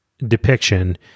Depiction